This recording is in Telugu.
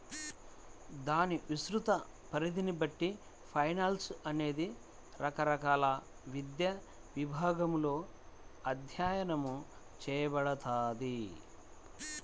దాని విస్తృత పరిధిని బట్టి ఫైనాన్స్ అనేది రకరకాల విద్యా విభాగాలలో అధ్యయనం చేయబడతది